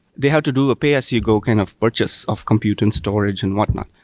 they have to do a pay-as-you-go kind of purchase of compute and storage and whatnot.